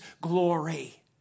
glory